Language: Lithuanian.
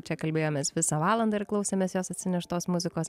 čia kalbėjomės visą valandą ir klausėmės jos atsineštos muzikos